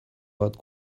bat